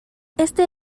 este